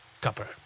copper